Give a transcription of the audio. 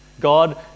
God